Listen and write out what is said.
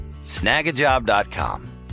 Snagajob.com